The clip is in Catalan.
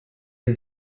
amb